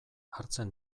hartzen